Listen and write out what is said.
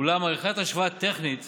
אולם עריכת השוואה טכנית